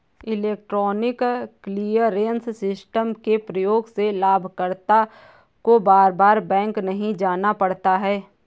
electronic clearance system के प्रयोग से लाभकर्ता को बार बार बैंक नहीं जाना पड़ता है